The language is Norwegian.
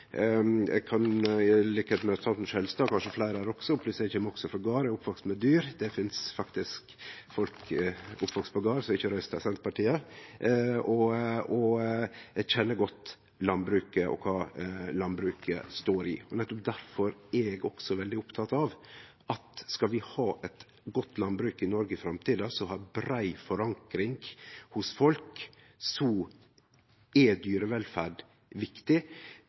Eg kan i likskap med representanten Skjelstad og kanskje fleire her seie at eg også kjem frå gard og har vakse opp med dyr. Det finst faktisk folk oppvaksne på gard som ikkje røystar på Senterpartiet. Eg kjenner godt landbruket og kva landbruket står i. Nettopp difor er eg også veldig oppteken av at skal vi ha eit godt landbruk med brei forankring hos folk i framtida, er dyrevelferd viktig.